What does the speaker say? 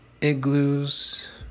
igloos